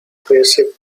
impressive